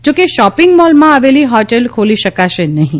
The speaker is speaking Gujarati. જો કે શોપિંગ મોલમાં આવેલી હોટલ ખોલી શકાશે નહિં